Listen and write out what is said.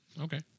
Okay